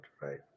right